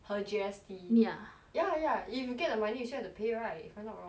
her G_S_T ya ya ya if you get the money you have to pay right if I'm not wrong